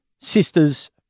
Sisters